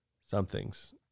somethings